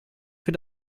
für